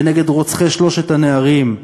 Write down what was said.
ונגד רוצחי שלושת הנערים,